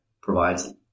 provides